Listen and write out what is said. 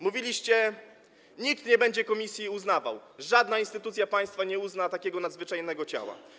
Mówiliście: nikt nie będzie komisji uznawał, żadna instytucja państwa nie uzna takiego nadzwyczajnego ciała.